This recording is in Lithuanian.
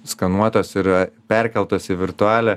skanuotos yra perkeltos į virtualią